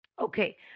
Okay